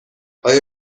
آیا